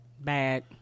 bad